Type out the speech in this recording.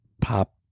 Pop